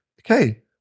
okay